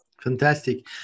Fantastic